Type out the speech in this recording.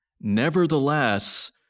nevertheless